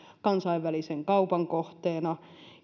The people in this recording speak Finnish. kansainvälisen kaupan kohteena